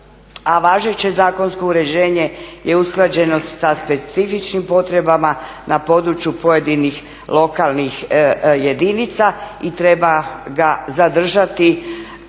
važeće zakonsko uređenje je usklađeno sa specifičnim potrebama na području pojedinih lokalnih jedinica i treba ga zadržati